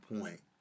point